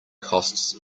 costs